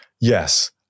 yes